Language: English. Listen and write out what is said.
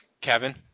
Kevin